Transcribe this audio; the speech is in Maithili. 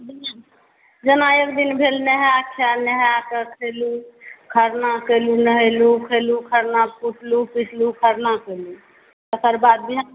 जेना एक दिन भेलै नहाए खाए नहा कऽ खेलहुँ खरना केलहुँ नहेलहुँ खेलहुँ खरना कुटलहुँ पीसलहुँ खरना केलहुँ तकर बाद जे